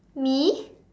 me